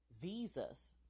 visas